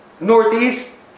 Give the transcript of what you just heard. northeast